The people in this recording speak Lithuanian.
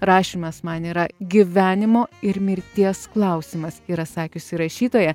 rašymas man yra gyvenimo ir mirties klausimas yra sakiusi rašytoja